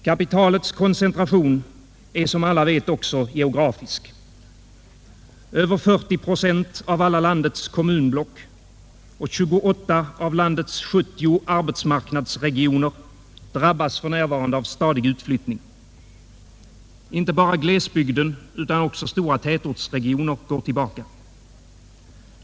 Kapitalets koncentration är som alla vet också geografisk. Över 40 procent av alla landets kommunblock och 28 av landets 70 arbetsmarknadsregioner drabbas för närvarande av stadig utflyttning. Inte bara glesbygden utan också stora tätortsregioner går tillbaka.